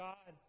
God